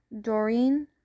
Doreen